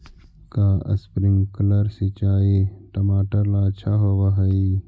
का स्प्रिंकलर सिंचाई टमाटर ला अच्छा होव हई?